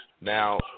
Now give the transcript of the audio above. now